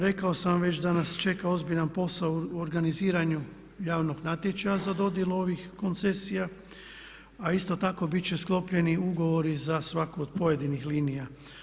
Rekao sam vam već da nas čeka ozbiljan posao u organiziranju javnog natječaja za dodjelu ovih koncesija a isto tako biti će sklopljeni ugovori za svaku od pojedinih linija.